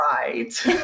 right